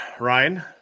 Ryan